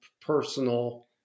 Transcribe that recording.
personal